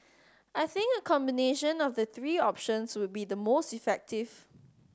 I think a combination of the three options would be the most effective